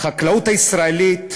החקלאות הישראלית,